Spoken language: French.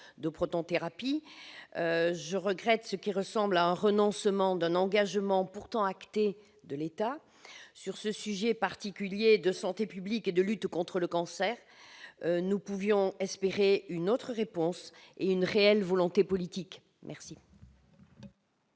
de protonthérapie. Je regrette ce qui ressemble à un renoncement, bien qu'un engagement de l'État ait pourtant été acté sur ce sujet particulier de santé publique et de lutte contre le cancer. Nous pouvions espérer une autre réponse et une réelle volonté politique. La